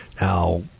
Now